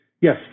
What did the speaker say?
Yes